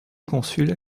consuls